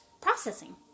processing